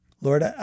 Lord